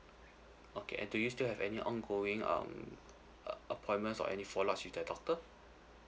okay and do you still have any ongoing um ap~ appointment or any follow ups with the doctor